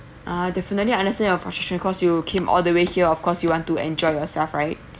ah definitely I understand your frustration cause you came all the way here of course you want to enjoy yourself right